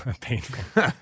painful